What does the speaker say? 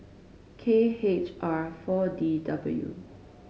K H R Four D W